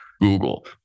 Google